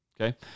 Okay